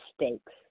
mistakes